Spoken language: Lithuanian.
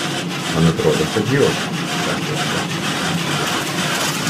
man atrodo kad jos pasakė aukštasis ir nusisuko